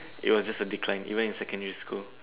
it was just a decline even in secondary school